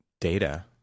data